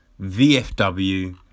VFW